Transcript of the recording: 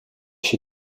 she